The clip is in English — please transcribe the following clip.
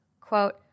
quote